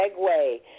segue